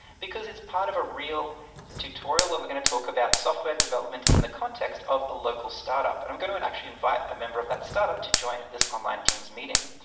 because it's part of a real tutorial where we're gonna talk about software development in the context of the local startup. and i'm going to and actually invite a member of that startup to join this online teams meeting.